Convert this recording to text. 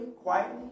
quietly